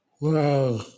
Wow